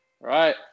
right